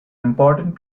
important